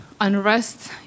unrest